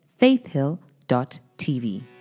faithhill.tv